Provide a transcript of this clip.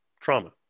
trauma